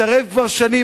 מסרב כבר שנים,